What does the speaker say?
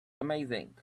amazing